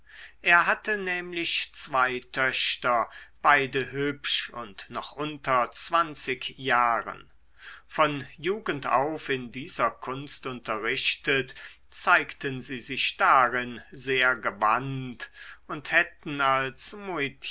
er hatte nämlich zwei töchter beide hübsch und noch unter zwanzig jahren von jugend auf in dieser kunst unterrichtet zeigten sie sich darin sehr gewandt und hätten als